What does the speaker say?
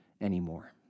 anymore